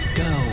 go